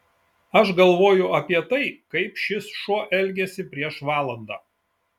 aš galvoju apie tai kaip šis šuo elgėsi prieš valandą